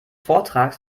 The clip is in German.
vortrages